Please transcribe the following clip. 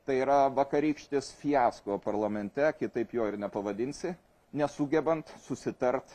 tai yra vakarykštis fiasko parlamente kitaip jo nepavadinsi nesugebant susitart